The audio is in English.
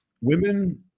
women